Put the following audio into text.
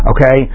Okay